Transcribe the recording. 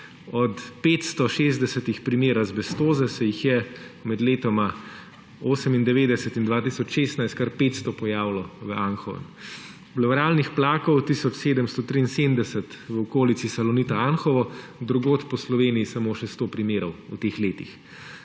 Od 560 primerov azbestoze se jih je med letoma 1998 in 2016 kar 500 pojavilo v Anhovem. Pluralnih plakov tisoč 773 v okolici Salonita Anhovo, drugod po Sloveniji samo še 100 primerov v teh letih.